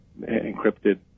encrypted